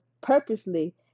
purposely